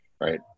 right